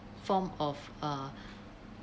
form of err